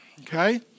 okay